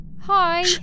hi